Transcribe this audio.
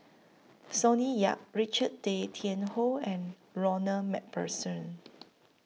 Sonny Yap Richard Tay Tian Hoe and Ronald MacPherson